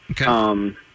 Okay